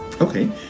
Okay